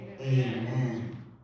amen